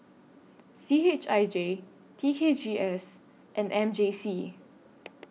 C H I J T K G S and M J C